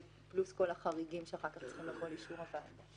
פלוס כל החריגים שאחר כך צריכים לבוא לאישור הוועדה.